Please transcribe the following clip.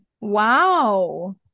Wow